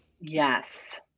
yes